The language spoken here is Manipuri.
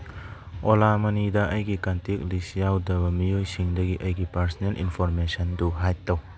ꯑꯣꯂꯥ ꯃꯅꯤꯗ ꯑꯩꯒꯤ ꯀꯟꯇꯦꯛ ꯂꯤꯁ ꯌꯥꯎꯗꯕ ꯃꯤꯑꯣꯏꯁꯤꯡꯗꯒꯤ ꯑꯩꯒꯤ ꯄꯔꯁꯅꯦꯜ ꯏꯟꯐꯣꯔꯃꯦꯁꯟꯗꯨ ꯍꯥꯏꯠ ꯇꯧ